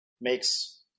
makes